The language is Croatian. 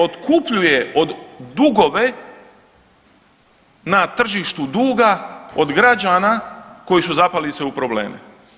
Otkupljuje .../nerazumljivo/..., od, dugove na tržištu duga od građana koji su zapali se u probleme.